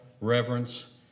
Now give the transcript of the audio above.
reverence